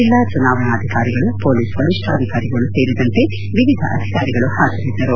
ಜಿಲ್ಲಾ ಚುನಾವಣಾಧಿಕಾರಿಗಳು ಮೊಲೀಸ್ ವರಿಷ್ಠಾಧಿಕಾರಿಗಳು ಸೇರಿದಂತೆ ವಿವಿಧ ಅಧಿಕಾರಿಗಳು ಹಾಜರಿದ್ದರು